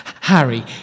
Harry